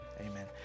amen